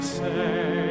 say